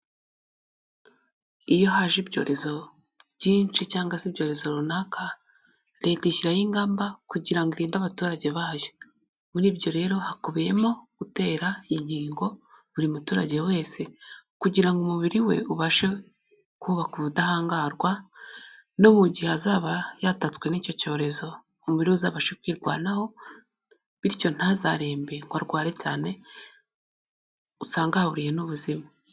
Iyo haje ibyorezo byinshi cyangwa se ibyorezo runaka, Leta ishyiraho ingamba kugira ngo irinde abaturage bayo, muri ibyo rero hakubiyemo gutera inkingo buri muturage wese kugira ngo umubiri we ubashe kubaka ubudahangarwa no mu gihe azaba yatatswe n'icyo cyorezo umubiri uzabashe kwirwanaho, bityo ntazarembe ngo arware cyane, usange ahaburiye n'ubuzima.